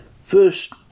first